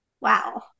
Wow